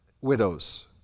widows